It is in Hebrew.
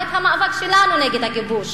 ואת המאבק שלנו נגד הכיבוש